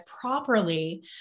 properly